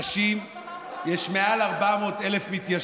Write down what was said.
רצינו להצביע בעד,